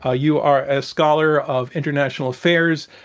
ah you are a scholar of international affairs.